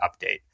update